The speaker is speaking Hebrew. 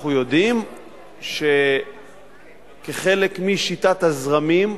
אנחנו יודעים שכחלק משיטת הזרמים,